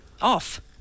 off